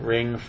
Ring